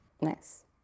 Nice